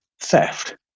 theft